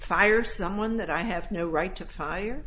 fire someone that i have no right to fire